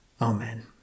Amen